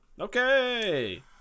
Okay